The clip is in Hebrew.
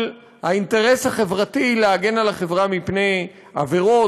האינטרס החברתי להגן על החברה מפני עבירות,